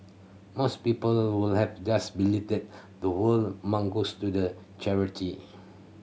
most people would have just believed that the whole amount goes to the charity